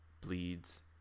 bleeds